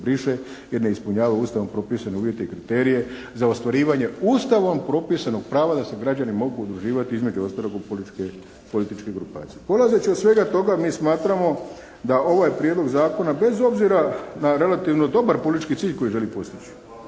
briše jer ne ispunjavaju Ustavom propisane uvjete i kriterije za ostvarivanje Ustavom propisanog prava da se građani mogu udruživati između ostalog u političke grupacije. Polazeći od svega toga mi smatramo, da ovaj prijedlog zakona bez obzira na relativno dobar politički cilj koji želi postići,